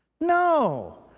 No